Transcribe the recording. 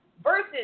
versus